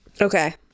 Okay